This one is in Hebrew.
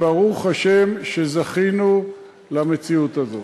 ברוך השם שזכינו למציאות הזאת.